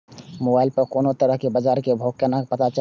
Mobile पर कोनो तरह के बाजार के भाव केना पता चलते?